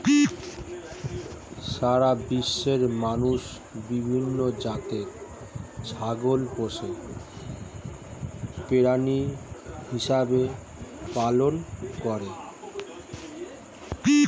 সারা বিশ্বের মানুষ বিভিন্ন জাতের ছাগলকে পোষা প্রাণী হিসেবে পালন করে